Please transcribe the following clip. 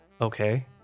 Okay